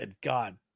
God